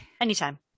anytime